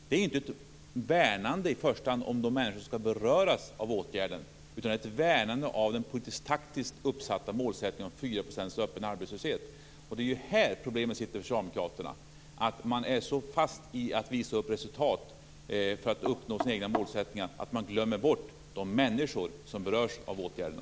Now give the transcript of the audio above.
Det är inte i första hand ett värnande om de människor som ska beröras av åtgärden utan ett värnande av den taktiskt uppsatta målsättningen om 4 % öppen arbetslöshet. Det är här problemet sitter för socialdemokraterna, dvs. att man är så fast i att visa upp resultat för att uppnå sina egna målsättningar att man glömmer bort de människor som berörs av åtgärderna.